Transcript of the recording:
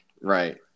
right